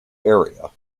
area